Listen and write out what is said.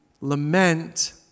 Lament